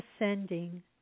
ascending